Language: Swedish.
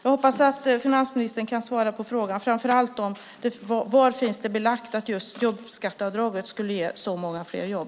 Jag hoppas att finansministerns kan svara, framför allt på frågan om var det finns belagt att just jobbskatteavdraget ger många fler jobb.